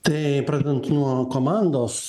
tai pradedant nuo komandos